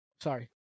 sorry